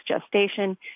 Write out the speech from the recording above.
gestation